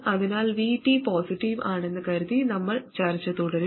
അതിനാൽ VT positive ആണെന്ന് കരുതി നമ്മൾ ചർച്ച തുടരും